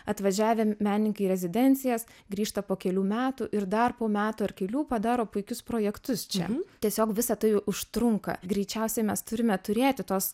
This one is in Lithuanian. atvažiavę menininkai į rezidencijas grįžta po kelių metų ir dar po metų ar kelių padaro puikius projektus čia tiesiog visa tai užtrunka greičiausiai mes turime turėti tos